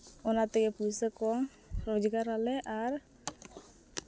ᱚᱱᱟ ᱛᱮᱜᱮ ᱯᱚᱭᱥᱟᱹ ᱠᱚ ᱨᱳᱡᱽᱜᱟᱨ ᱟᱞᱮ ᱟᱨ